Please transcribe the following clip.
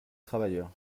travailleurs